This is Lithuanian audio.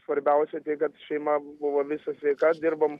svarbiausia tai kad šeima buvo va visa sveika dirbom